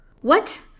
What